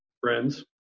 Friends